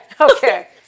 okay